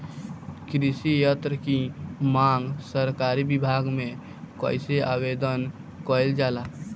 कृषि यत्र की मांग सरकरी विभाग में कइसे आवेदन कइल जाला?